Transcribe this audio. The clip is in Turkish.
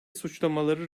suçlamaları